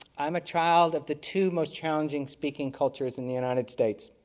i am a child of the two most challenging speaking cultures in the united states.